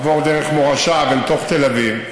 עבור דרך מורשה ולתוך תל אביב,